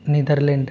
Netherlands